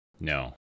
No